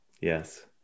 Yes